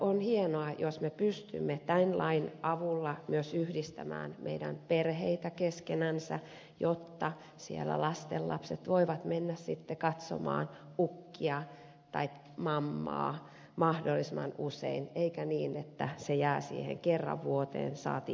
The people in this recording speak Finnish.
on hienoa jos me pystymme tämän lain avulla myös yhdistämään meidän perheitä keskenänsä jotta siellä lastenlapset voivat mennä sitten katsomaan ukkia tai mammaa mahdollisimman usein eikä niin että se jää siihen kerran vuoteen saati laisinkaan